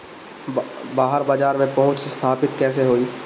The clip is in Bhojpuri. बाहर बाजार में पहुंच स्थापित कैसे होई?